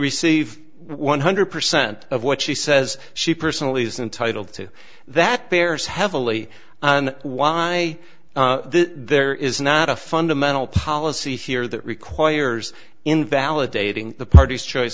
receive one hundred percent of what she says she personally is entitle to that bears heavily on why there is not a fundamental policy here that requires invalidating the party's choice